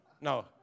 No